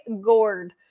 gourd